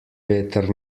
veter